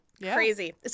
Crazy